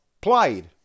played